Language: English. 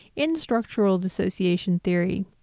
in structural dissociation theory,